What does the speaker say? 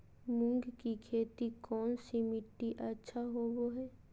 मूंग की खेती कौन सी मिट्टी अच्छा होबो हाय?